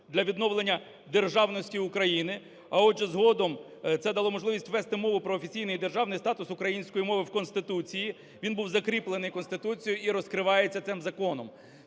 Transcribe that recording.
для відновлення державності України, а отже, згодом це дало можливість вести мову про офіційний і державний статус української мови в Конституції, він був закріплений Конституцією і розкривається цим законом.